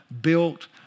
built